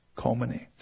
culminates